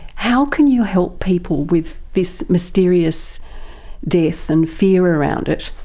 how can you help people with this mysterious death and fear around it?